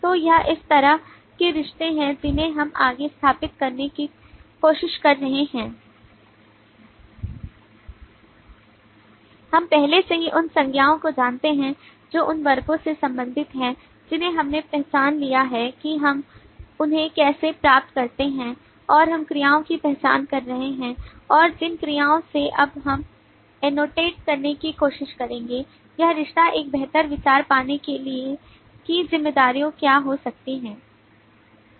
तो यह इस तरह के रिश्ते हैं जिन्हें हम आगे स्थापित करने की कोशिश कर रहे हैं हम पहले से ही उन संज्ञाओं को जानते हैं जो उन वर्गों से संबंधित हैं जिन्हें हमने पहचान लिया है कि हम उन्हें कैसे प्राप्त करते हैं और हम क्रियाओं की पहचान कर रहे हैं और जिन क्रियाओं से अब हम एनोटेट करने की कोशिश करेंगे यह रिश्ता एक बेहतर विचार पाने के लिए कि जिम्मेदारियाँ क्या हो सकती हैं